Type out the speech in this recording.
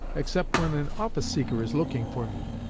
except when an office-seeker is looking for me